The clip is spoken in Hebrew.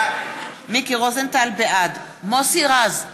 בעד מוסי רז,